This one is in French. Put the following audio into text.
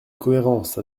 cohérence